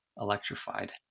electrified